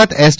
Gujarat S